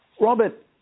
Robert